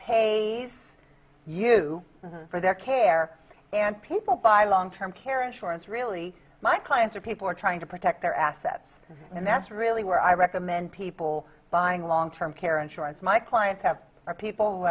pay you for their care and people buy long term care insurance really my clients or people are trying to protect their assets and that's really where i recommend people buying long term care insurance my clients have are people who